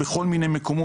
בכל מיני מקומות,